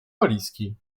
walizki